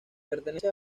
pertenece